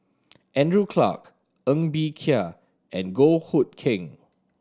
Andrew Clarke Ng Bee Kia and Goh Hood Keng